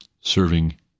serving